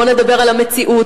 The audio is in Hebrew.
בואו נדבר על המציאות,